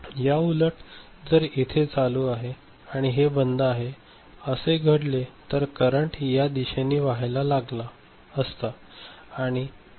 याउलट जर इथे हे चालू आहे आणि हे बंद आहे असे घडले असते तर करंट या दिशेने वाहायला लागला असता